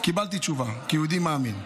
קיבלתי תשובה, כיהודי מאמין.